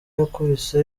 yakubise